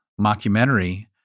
mockumentary